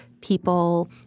people